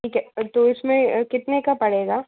ठीक है तो इसमें कितने का पड़ेगा